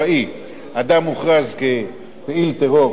אדם מוכרז כפעיל טרור בחו"ל,